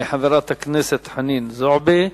תודה לחברת הכנסת חנין זועבי.